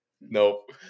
Nope